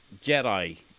Jedi